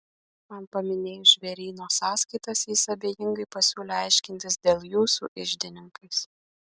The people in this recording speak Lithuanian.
man paminėjus žvėryno sąskaitas jis abejingai pasiūlė aiškintis dėl jų su iždininkais